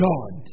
God